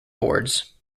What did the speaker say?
boards